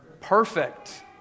perfect